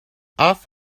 off